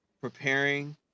preparing